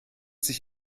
sich